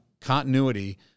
continuity